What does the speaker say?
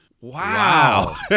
Wow